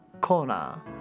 corner